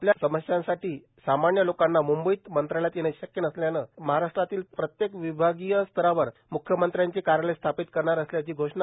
आपल्या समस्यांसाठी सामान्य लोकांना मुंबईतील मंत्रालयात येणे शक्य नसल्यानं महाराष्ट्रातील प्रत्येक विभागीय स्तरावर मुंख्यमंत्र्याचे कार्यालय स्थापित करणार असल्याची घोषणा